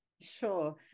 Sure